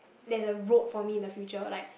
there's a road for me in the future like